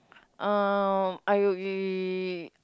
um I we